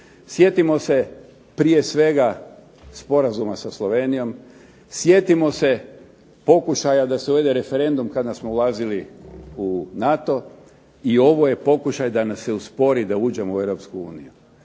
sjetimo se prije svega Sporazuma sa Slovenijom, sjetimo se pokušaja da se uvede referendum kada smo ulazili u NATO. I ovo je pokušaj da nas se uspori da uđemo u EU.